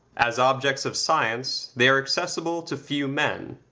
as objects of science, they are accessible to few men.